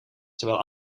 terwijl